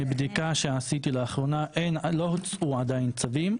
מבדיקה שעשיתי לאחרונה לא הוצאו עדיין צווים.